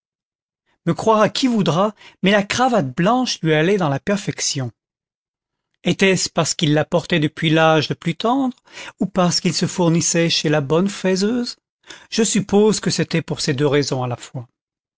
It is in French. me croira qui voudra mais la cravate blanche lui allait dans la perfection est-ce parce qu'il la portait depuis l'âge le plus tendre ou parce qu'il se fournissait chez la bonne faiseuse je suppose que c'était pour ces deux raisons à la fois